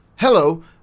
Hello